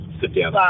sit-down